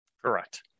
Correct